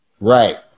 Right